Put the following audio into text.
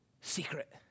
secret